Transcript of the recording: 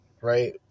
right